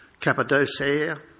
Cappadocia